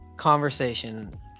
conversation